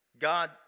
God